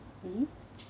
mmhmm